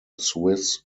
swiss